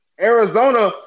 Arizona